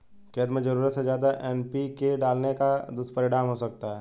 खेत में ज़रूरत से ज्यादा एन.पी.के डालने का क्या दुष्परिणाम हो सकता है?